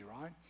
right